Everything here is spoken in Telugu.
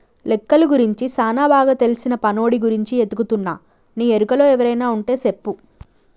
లెక్కలు గురించి సానా బాగా తెల్సిన పనోడి గురించి ఎతుకుతున్నా నీ ఎరుకలో ఎవరైనా వుంటే సెప్పు